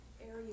area